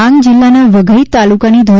ડાંગ જિલ્લાના વઘઇ તાલુકાની ધો